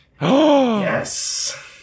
Yes